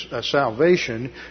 salvation